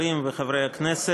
15 מתנגדים,